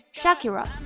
Shakira